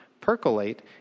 percolate